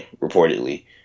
reportedly